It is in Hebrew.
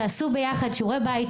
תעשו ביחד שיעורי בית,